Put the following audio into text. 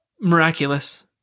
miraculous